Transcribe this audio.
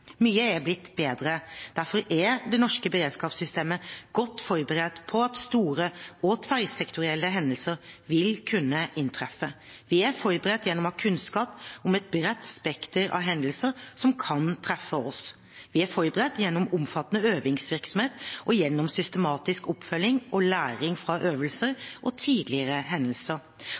Mye er blitt bedre. Derfor er det norske beredskapssystemet godt forberedt på at store og tverrsektorielle hendelser vil kunne inntreffe. Vi er forberedt gjennom å ha kunnskap om et bredt spekter av hendelser som kan treffe oss. Vi er forberedt gjennom omfattende øvingsvirksomhet og gjennom systematisk oppfølging og læring fra øvelser og tidligere hendelser.